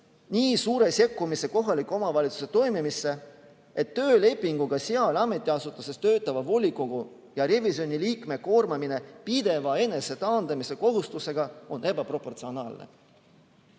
nii suure sekkumise kohaliku omavalitsuse toimimisse, et töölepinguga seal ametiasutuses töötava volikogu ja revisjonikomisjoni liikme koormamine pideva enesetaandamise kohustusega on ebaproportsionaalne.